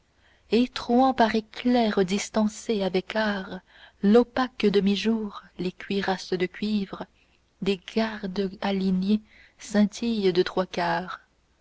trouant par éclairs distancés avec art l'opaque demi-jour les cuirasses de cuivre des gardes alignés scintillent de trois quart